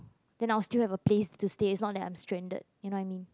then I'll still have a place to stay it's not that I'm stranded you know what I mean